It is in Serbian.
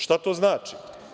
Šta to znači?